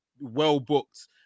well-booked